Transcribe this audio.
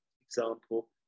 example